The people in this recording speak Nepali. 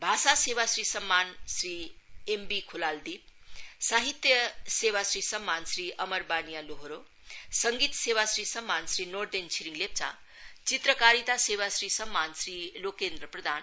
भाषा सेवाश्री सम्मान श्री एम बि खुलाल दीप साहित्य सेवाश्री सम्मान श्री अमर बानिया लोहोरो संङ्गीत सेवाश्री सम्मान श्री नोर्देन छिरिङ लेप्चा चित्रकारिता सेवाश्री सम्मान श्री लोकेन्द्र प्रधान